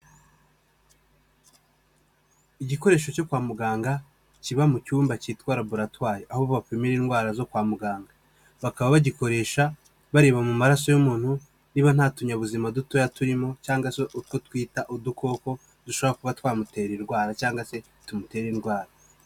Igikoresho cyo kwa muganga kiba mu cyumba cyitwa laburatwari, aho bapimira indwara zo kwa muganga, bakaba bagikoresha bareba mu maraso y'umuntu, niba nta tunyabuzima dutoya turimo, cyangwa se utwo twita udukoko, cyangwa se dushobora kuba twamutera indwara.